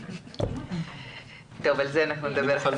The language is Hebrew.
אבל נדבר על זה.